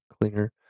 cleaner